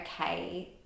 okay